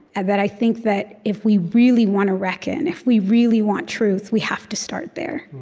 and that i think that if we really want to reckon, if we really want truth, we have to start there